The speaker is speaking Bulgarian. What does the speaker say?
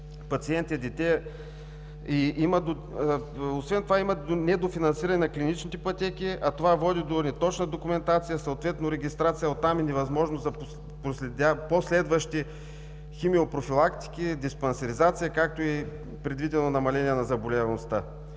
Освен това има недофинансиране на клиничните пътеки, а това води до неточна документация, съответно регистрация и оттам и невъзможност за последващи химиопрофилактики, диспансеризация, както и предвидено намаление на заболеваемостта.